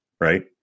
right